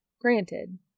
Granted